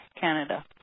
Canada